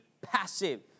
passive